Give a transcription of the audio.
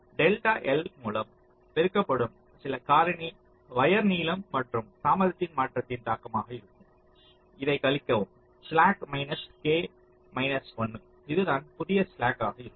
delta L மூலம் பெருக்கப்படும் சில காரணி வயர் நீளம் மற்றும் தாமதம் மாற்றத்தின் தாக்கமாக இருக்கும் இதை கழிக்கவும் ஸ்லாக் k மைனஸ் 1 இது தான் புதிய ஸ்லாக் ஆக இருக்கும்